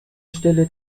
stelle